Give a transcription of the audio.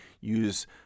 use